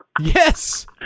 Yes